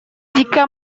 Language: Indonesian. jika